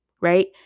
right